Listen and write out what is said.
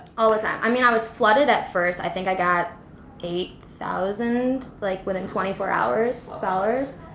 all the time. i mean i was flooded at first. i think i got eight thousand like within twenty four hours followers,